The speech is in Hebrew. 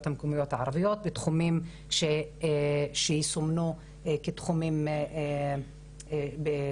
המקומיות הערביות בתחומים שיסומנו כתחומים חשובים.